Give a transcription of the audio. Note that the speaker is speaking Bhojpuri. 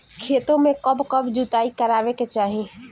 खेतो में कब कब जुताई करावे के चाहि?